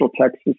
Texas